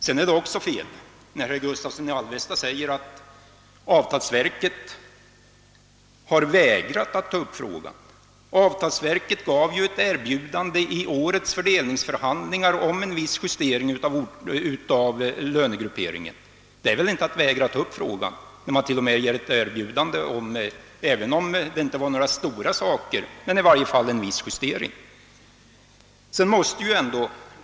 Vidare är det fel när herr Gustavsson i Alvesta säger att avtalsverket har vägrat att ta upp frågan. Avtalsverket gjorde vid årets fördelningsförhandlingar ett erbjudande om en viss justering av lönegrupperingen. Det är väl inte att vägra att ta upp frågan, när man till och med erbjuder vissa juste ringar, låt vara att det inte gällde några större saker.